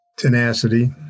Tenacity